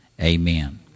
Amen